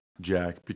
Jack